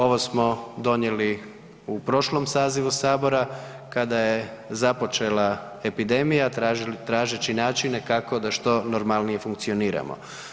Ovo smo donijeli u prošlom sazivu sabora, kada je započela epidemija tražeći načine kako da što normalnije funkcioniramo.